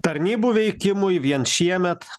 tarnybų veikimui vien šiemet